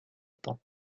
temps